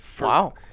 Wow